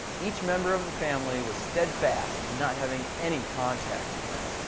each member of the family was steadfast in not having any contact with him.